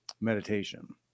meditation